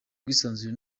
ubwisanzure